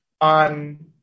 on